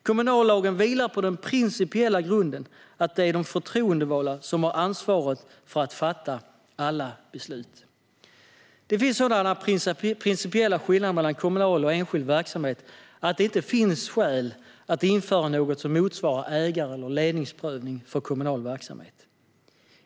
Kommunallagen vilar på den principiella grunden att det är de förtroendevalda som har ansvaret för att fatta alla beslut. Det finns sådana principiella skillnader mellan kommunal och enskild verksamhet att det inte finns skäl att införa något som motsvarar ägar och ledningsprövning för kommunal verksamhet.